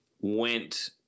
Went